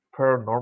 paranormal